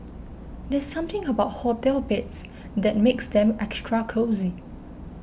there's something about hotel beds that makes them extra cosy